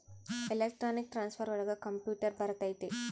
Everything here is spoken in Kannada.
ಎಲೆಕ್ಟ್ರಾನಿಕ್ ಟ್ರಾನ್ಸ್ಫರ್ ಒಳಗ ಕಂಪ್ಯೂಟರ್ ಬರತೈತಿ